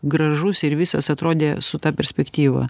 gražus ir visas atrodė su ta perspektyva